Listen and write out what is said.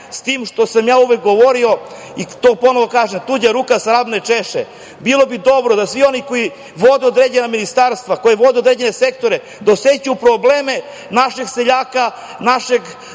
s tim, što sam ja uvek govorio i to ponovo kažem – tuđa ruka svrab ne češe. Bilo bi dobro da svi oni koji vode određena ministarstva, koji vode određene sektore, da osećaju probleme naših seljaka, tog